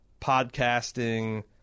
podcasting